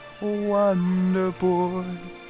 Wonderboy